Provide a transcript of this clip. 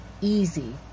easy